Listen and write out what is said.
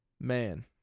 man